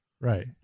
Right